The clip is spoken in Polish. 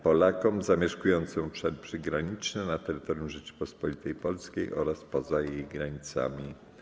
Polakom zamieszkującym obszary przygraniczne na terytorium Rzeczypospolitej Polskiej oraz poza jej granicami.